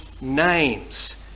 names